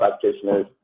practitioners